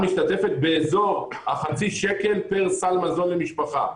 הממשלה משתתפת באזור החצי שקל פר סל מזון למשפחה.